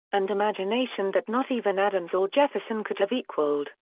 and imagination that not even adams or jefferson could have equaled.